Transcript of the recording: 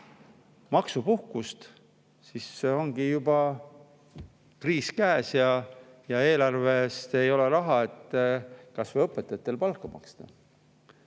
maksepuhkust, siis ongi juba kriis käes ja eelarves ei ole raha, et kasvõi õpetajatele palka maksta.